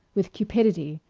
with cupidity,